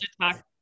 talk